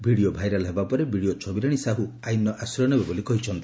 video viral ହେବା ପରେ BDO Chhabirani Sahu ଆଇନ୍ର ଆଶ୍ରୟ ନେବେ ବୋଲି କହିଛନ୍ତି